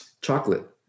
chocolate